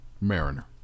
Mariner